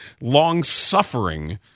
long-suffering